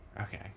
Okay